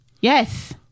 Yes